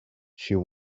she